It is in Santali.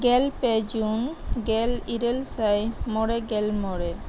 ᱜᱮᱞᱯᱮ ᱡᱩᱱ ᱜᱮᱞᱤᱨᱟᱹᱞ ᱥᱟᱭ ᱢᱚᱬᱮ ᱜᱮᱞ ᱢᱚᱬᱮ